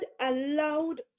allowed